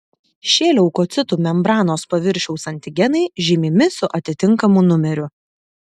šie leukocitų membranos paviršiaus antigenai žymimi su atitinkamu numeriu